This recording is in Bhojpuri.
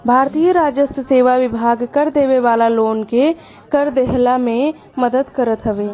भारतीय राजस्व सेवा विभाग कर देवे वाला लोगन के कर देहला में मदद करत हवे